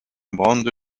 brande